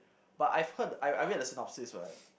but I've heard I I read the synopsis [what]